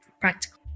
practical